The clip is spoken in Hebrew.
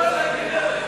גברת.